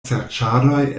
serĉadoj